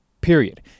Period